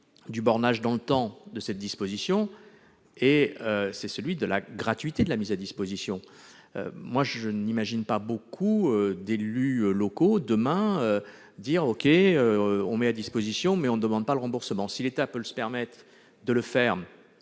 du bornage dans le temps de cette disposition et celui de la gratuité de la mise à disposition. Je n'imagine guère les élus locaux, demain, accepter de mettre à disposition sans demander le remboursement. Si l'État peut se permettre de le faire,